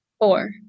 Four